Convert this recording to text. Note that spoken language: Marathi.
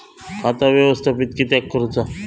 खाता व्यवस्थापित किद्यक करुचा?